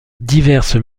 diverses